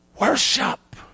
Worship